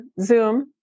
Zoom